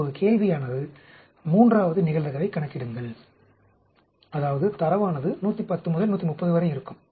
இப்போது கேள்வியானது மூன்றாவது நிகழ்தகவைக் கணக்கிடுங்கள் அதாவது தரவானது 110 முதல் 130 வரை இருக்கும்